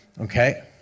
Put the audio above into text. okay